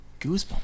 goosebumps